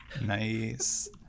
Nice